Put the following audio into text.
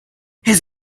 his